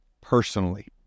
personally